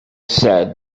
said